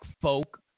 folk